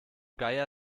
geier